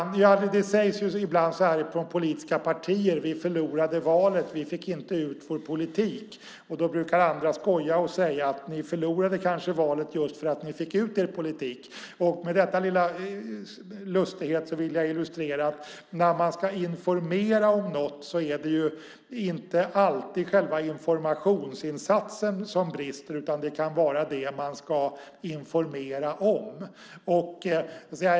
Det sägs ibland så här från politiska partier: Vi förlorade valet; vi fick inte ut vår politik. Då brukar andra skoja och säga: Ni förlorade kanske valet just för att ni fick ut er politik! Med denna lilla lustighet vill jag illustrera att när man ska informera om något är det inte alltid själva informationsinsatsen som brister, utan det kan vara det man ska informera om.